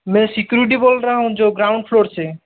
मैं सिक्यूरिटी बोल रहा हूँ जो ग्राउंड फ्लोर से